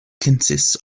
consists